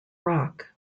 rock